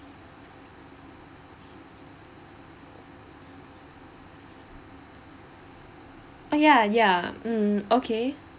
oh ya ya mm okay